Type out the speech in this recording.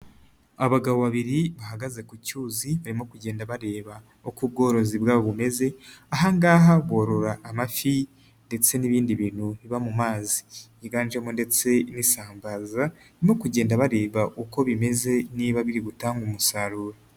Abagabo babiri bahagaze ku cyuzi barimo kugenda bareba uko ubworozi bwabo bumeze aha ngaha borora amafi ndetse n'ibindi bintu biba mu mazi, higanjemo ndetse n'isambaza no kugenda bareba uko bimeze niba biri gutanga umusaruro.